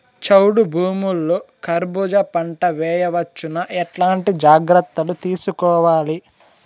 చౌడు భూముల్లో కర్బూజ పంట వేయవచ్చు నా? ఎట్లాంటి జాగ్రత్తలు తీసుకోవాలి?